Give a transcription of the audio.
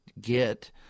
get